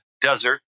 desert